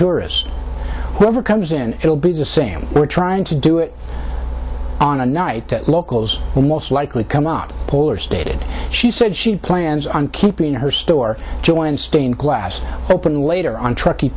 tourists whoever comes in it will be the same we're trying to do it on a night that locals and most likely come out poor stated she said she plans on keeping her store joined stained glass open later on truck